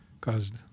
caused